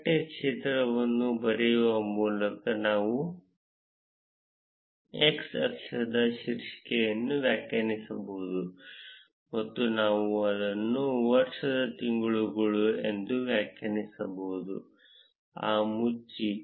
ಪಠ್ಯ ಕ್ಷೇತ್ರವನ್ನು ಬರೆಯುವ ಮೂಲಕ ನಾವು x ಅಕ್ಷದ ಶೀರ್ಷಿಕೆಯನ್ನು ವ್ಯಾಖ್ಯಾನಿಸಬಹುದು ಮತ್ತು ನಾವು ಅದನ್ನು ವರ್ಷದ ತಿಂಗಳುಗಳು ಎಂದು ವ್ಯಾಖ್ಯಾನಿಸಬಹುದು ಆ ಮುಚ್ಚಿ